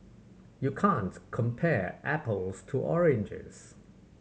you can't compare apples to oranges